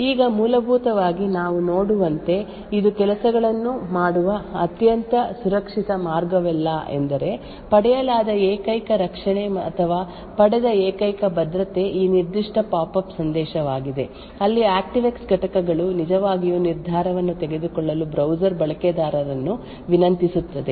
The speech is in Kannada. ಈಗ ಮೂಲಭೂತವಾಗಿ ನಾವು ನೋಡುವಂತೆ ಇದು ಕೆಲಸಗಳನ್ನು ಮಾಡುವ ಅತ್ಯಂತ ಸುರಕ್ಷಿತ ಮಾರ್ಗವಲ್ಲ ಏಕೆಂದರೆ ಪಡೆಯಲಾದ ಏಕೈಕ ರಕ್ಷಣೆ ಅಥವಾ ಪಡೆದ ಏಕೈಕ ಭದ್ರತೆ ಈ ನಿರ್ದಿಷ್ಟ ಪಾಪ್ಅಪ್ ಸಂದೇಶವಾಗಿದೆ ಅಲ್ಲಿ ಆಕ್ಟಿವ್ಎಕ್ಸ್ ಘಟಕಗಳು ನಿಜವಾಗಿಯೂ ನಿರ್ಧಾರವನ್ನು ತೆಗೆದುಕೊಳ್ಳಲು ಬ್ರೌಸರ್ ಬಳಕೆದಾರರನ್ನು ವಿನಂತಿಸುತ್ತದೆ